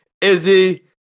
Izzy